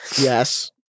Yes